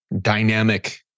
dynamic